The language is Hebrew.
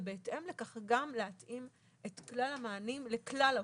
ובהתאם לכך גם להתאים את כלל המענים לכלל האוכלוסיות.